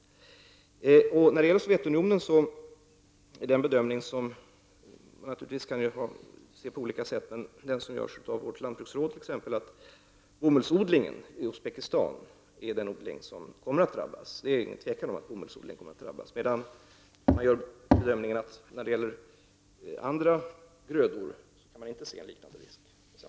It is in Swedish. Den bedömning beträffande Sovjetunionen som görs av vårt lantbruksråd, och som naturligtvis kan ses på olika sätt, är att bomullsodlingen i Uzbekistan är den odling som kommer att drabbas. Det råder det inget tvivel om. Man gör bedömningen att en liknande risk inte föreligger för andra grödor.